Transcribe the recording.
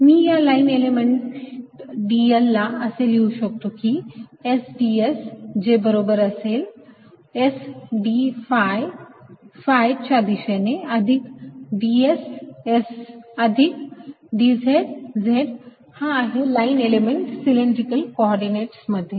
मी या line element dl ला असे लिहू शकतो की S ds जे बरोबर असेल S d phi phi च्या दिशेने अधिक ds S अधिक dz Z हा आहे लाइन एलिमेंट सिलेंड्रिकल कोऑर्डिनेट्स मध्ये